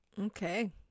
Okay